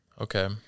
Okay